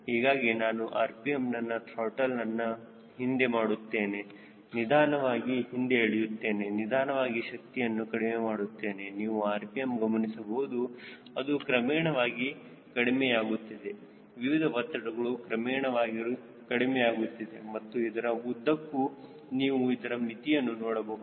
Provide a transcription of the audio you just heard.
ಹೀಗಾಗಿ ನಾನು rpm ನನ್ನ ತ್ರಾಟಲ್ ನನ್ನ ಹಿಂದೆ ಮಾಡುತ್ತೇನೆ ನಿಧಾನವಾಗಿ ಹಿಂದೆ ಎಳೆಯುತ್ತೇನೆ ನಿಧಾನವಾಗಿ ಶಕ್ತಿಯನ್ನು ಕಡಿಮೆ ಮಾಡುತ್ತೇನೆ ನೀವು rpm ಗಮನಿಸಬಹುದು ಅದು ಕ್ರಮೇಣವಾಗಿ ಕಡಿಮೆಯಾಗುತ್ತಿದೆ ವಿವಿಧ ಒತ್ತಡಗಳು ಕ್ರಮೇಣವಾಗಿ ಕಡಿಮೆಯಾಗುತ್ತಿದೆ ಮತ್ತು ಇದರ ಉದ್ದಕ್ಕೂ ನೀವು ಇದರ ಮಿತಿಯನ್ನು ನೋಡಬಹುದು